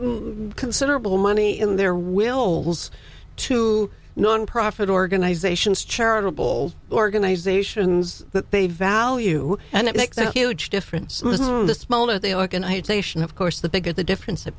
leave considerable money in their will to nonprofit organizations charitable organizations that they value and it makes a huge difference in the small of the organization of course the bigger the difference